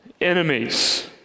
enemies